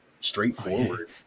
straightforward